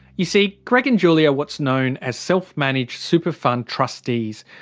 you see, greg and julie are what's known as self-managed super fund trustees,